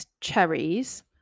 cherries